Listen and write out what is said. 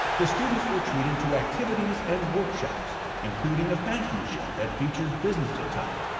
the students were treated to activities and workshops including a fashion show that featured business attire,